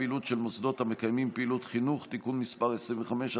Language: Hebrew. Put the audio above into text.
פעילות של מוסדות המקיימים פעילות חינוך) (תיקון מס' 25),